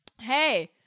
hey